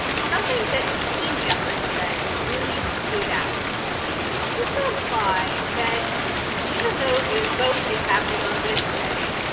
something that hakeem jeffries said really stood out because he seemed to imply that even though the vote is happening on wednesday,